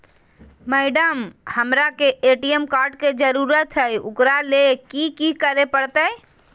Madam, हमरा के ATM card के जरूरत है ऊकरा ले की की करे परते?